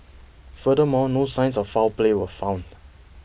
furthermore no signs of foul play were found